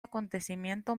acontecimiento